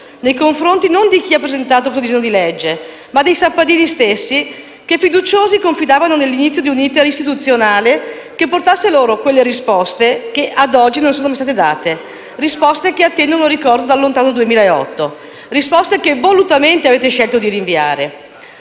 nei confronti non di chi ha presentato questo disegno di legge, ma dei sappadini stessi, che fiduciosi confidavano nell'inizio di un *iter* istituzionale che portasse loro quelle risposte che ad oggi non sono mai state date. Risposte che attendono dal lontano 2008. Risposte che volutamente avete scelto di rinviare.